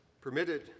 permitted